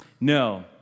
No